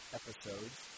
episodes